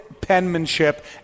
penmanship